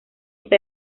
está